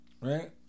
right